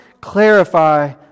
clarify